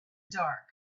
dark